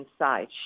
inside